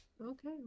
Okay